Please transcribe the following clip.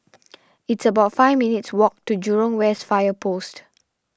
it's about five minutes' walk to Jurong West Fire Post